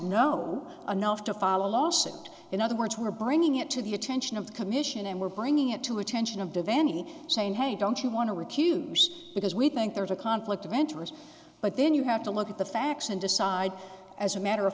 know enough to file a lawsuit in other words we're bringing it to the attention of the commission and we're bringing it to attention of the vanity saying hey don't you want to recuse because we think there's a conflict of interest but then you have to look at the facts and decide as a matter of